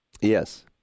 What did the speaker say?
Yes